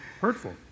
hurtful